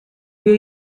wir